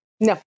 No